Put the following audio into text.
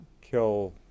kill